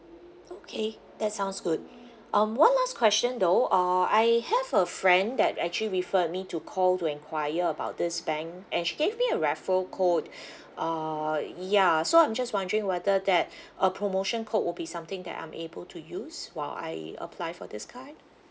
okay that sounds good um one last question though uh I have a friend that actually refer me to call to enquire about this bank and she gave me a refer code uh ya so I'm just wondering whether that uh promotion code will be something that I'm able to use while I apply for this card